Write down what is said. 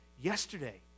yesterday